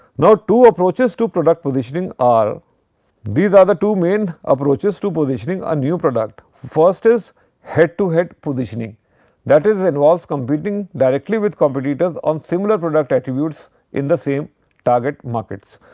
now, two approaches to product positioning are these are the two main approaches to positioning a new product. first is head to head positioning that is involves competing directly with competitors on similar product attributes in the same target markets.